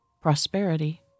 prosperity